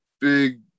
big